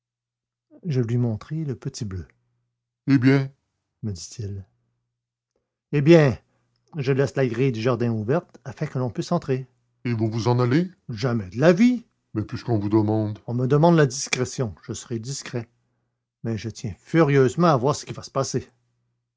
je lui montrai le petit bleu eh bien me dit-il eh bien je laisse la grille du jardin ouverte afin que l'on puisse entrer et vous vous en allez jamais de la vie mais puisqu'on vous demande on me demande la discrétion je serai discret mais je tiens furieusement à voir ce qui va se passer